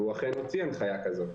והוא אכן הוציא הנחייה כזו,